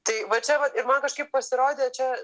tai va čia vat ir man kažkaip pasirodė čia